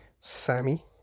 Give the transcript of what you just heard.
Sammy